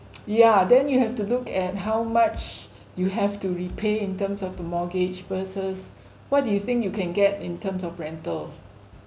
yeah then you have to look at how much you have to repay in terms of the mortgage versus what do you think you can get in terms of rental